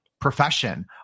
profession